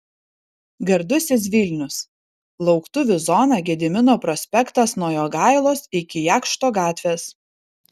gardusis vilnius lauktuvių zona gedimino prospektas nuo jogailos iki jakšto gatvės